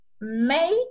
make